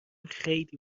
خیلی